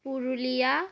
Purulia